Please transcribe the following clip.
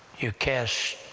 you cast